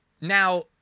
Now